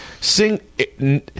sing